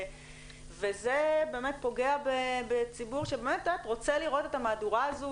וזה באמת פוגע בציבור שבאמת רוצה לראות את המהדורה הזאת,